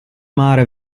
mare